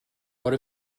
what